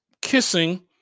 kissing